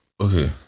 okay